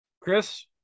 Chris